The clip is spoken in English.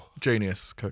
Genius